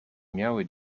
miały